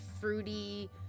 fruity